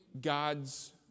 God's